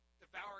Devour